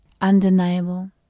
undeniable